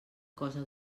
cosa